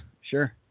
sure